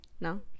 No